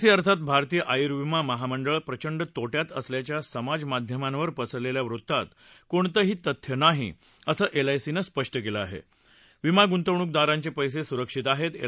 C अर्थात भारतीय आयुर्विमा महामंडळ प्रचंड तोट्यात असल्याच्या समाजमाध्यमांवर पसरलखा वृत्तात कोणतंही तथ्य नाही असं एलआयसीनं स्पष्ट कळे आहा बीमा गुंतवणुकदारांचा विद्विस्रिक्षित आहात एल